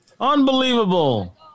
Unbelievable